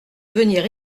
venir